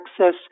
access